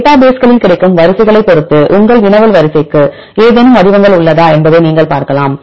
database களில் கிடைக்கும் வரிசைகளை பொறுத்து உங்கள் வினவல் வரிசைக்கு ஏதேனும் வடிவங்கள் உள்ளதா என்பதை நீங்கள் பார்க்கலாம்